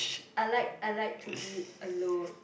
I like I like to be alone